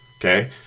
Okay